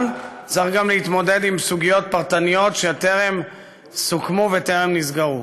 אבל צריך להתמודד גם עם סוגיות פרטניות שטרם סוכמו וטרם נסגרו.